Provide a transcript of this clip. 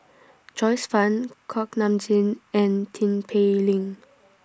Joyce fan Kuak Nam Jin and Tin Pei Ling